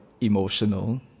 emotional